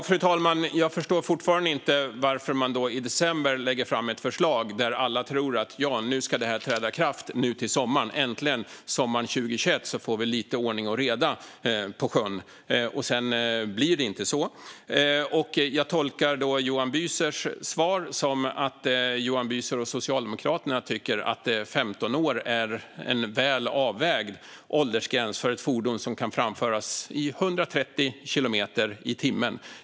Fru talman! Jag förstår fortfarande inte detta. I december lägger man fram ett förslag om att kravet på förarbevis ska träda i kraft till sommaren 2021. Människor tänker: Äntligen får vi lite ordning och reda på sjön! Sedan blir det inte så. Varför? Jag tolkar Johan Büsers svar som att Johan Büser och Socialdemokraterna tycker att 15 år är en väl avvägd åldersgräns för ett fordon som kan framföras i 130 kilometer i timmen.